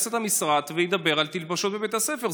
את המשרד וידבר על תלבושות בבית הספר.